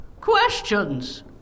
questions